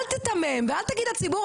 אל תיתמם ואל תגיד לציבור,